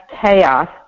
chaos